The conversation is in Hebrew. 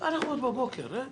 אנחנו עוד בבוקר, רגע.